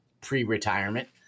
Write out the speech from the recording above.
pre-retirement